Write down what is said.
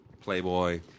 Playboy